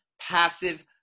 passive